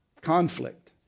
Conflict